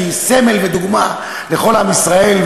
שהיא סמל ודוגמה לכל עם ישראל,